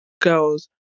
girls